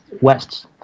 West